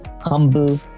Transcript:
Humble